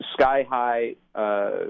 sky-high